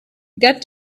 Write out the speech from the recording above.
got